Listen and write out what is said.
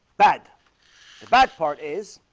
bad the bad part is